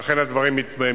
ואכן, הדברים מתקדמים.